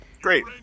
Great